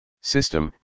system